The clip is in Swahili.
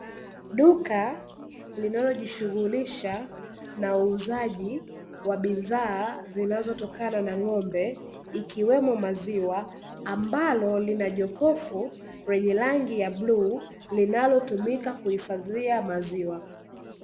Duka linalojishuhulisha na bidhaa zinazotokana na ng'ombe, ikiwemo maziwa ambalo linajokofu la rangi ya bluu, linalitumika kuhifadhia maziwa.